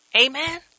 amen